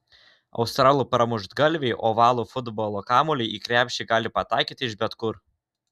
australų pramuštgalviai ovalų futbolo kamuolį į krepšį gali pataikyti iš bet kur